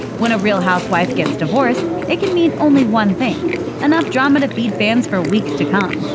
when a real housewife gets divorced, it can mean only one thing enough drama to feed fans for weeks to come.